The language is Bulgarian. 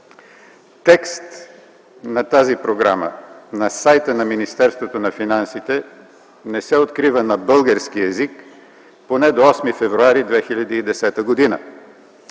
Текст на тази програма на сайта на Министерството на финансите не се открива на български език, поне до 8 февруари 2010 г.